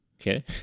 okay